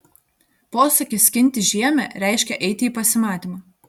posakis skinti žiemę reiškė eiti į pasimatymą